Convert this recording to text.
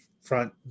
front